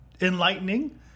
enlightening